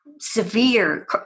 severe